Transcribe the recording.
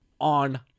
on